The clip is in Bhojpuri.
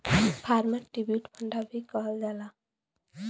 फार्मर ट्रिब्यूट फ़ंडो भी कहल जाला